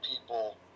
people